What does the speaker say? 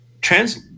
trans